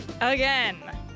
Again